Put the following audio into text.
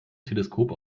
teleskop